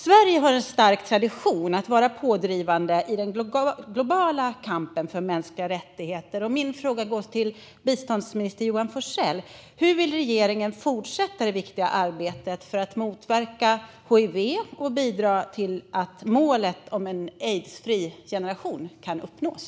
Sverige har en stark tradition av att vara pådrivande i den globala kampen för mänskliga rättigheter. Min fråga går till biståndsminister Johan Forssell. Hur vill regeringen fortsätta det viktiga arbetet för att motverka hiv och bidra till att målet om en aidsfri generation kan uppnås?